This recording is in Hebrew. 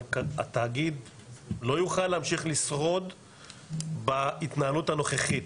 אבל התאגיד לא יוכל להמשיך לשרוד בהתנהלות הנוכחית.